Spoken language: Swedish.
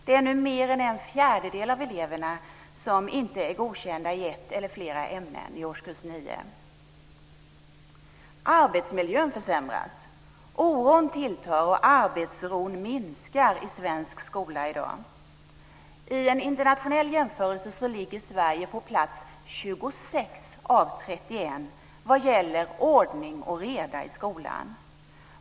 Det är nu mer än en fjärdedel av eleverna som inte är godkända i ett eller flera ämnen i årskurs nio. Arbetsmiljön försämras. Oron tilltar och arbetsron minskar i svensk skola i dag. I en internationell jämförelse ligger Sverige på plats 26 av 31 vad gäller ordning och reda i skolan.